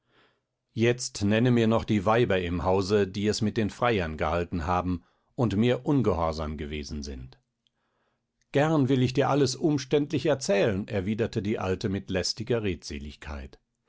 jetzt nenne mir noch die weiber im hause die es mit den freiern gehalten haben und mir ungehorsam gewesen sind gern will ich dir alles umständlich erzählen erwiderte die alte mit lästiger redseligkeit